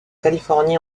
californie